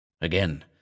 Again